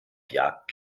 jagd